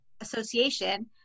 association